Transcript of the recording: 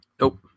Nope